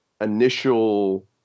initial